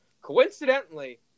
Coincidentally